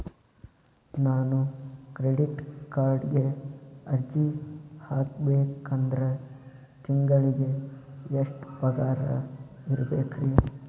ನಾನು ಕ್ರೆಡಿಟ್ ಕಾರ್ಡ್ಗೆ ಅರ್ಜಿ ಹಾಕ್ಬೇಕಂದ್ರ ತಿಂಗಳಿಗೆ ಎಷ್ಟ ಪಗಾರ್ ಇರ್ಬೆಕ್ರಿ?